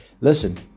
listen